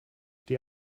die